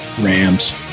Rams